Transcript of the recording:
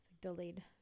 Delayed